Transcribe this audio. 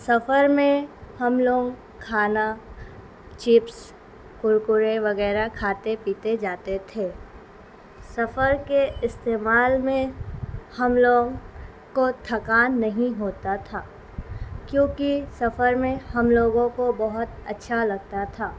سفر میں ہم لوگ کھانا چپس کرکرے وغیرہ کھاتے پیتے جاتے تھے سفر کے استعمال میں ہم لوگ کو تھکان نہیں ہوتا تھا کیونکہ سفر میں ہم لوگوں کو بہت اچھا لگتا تھا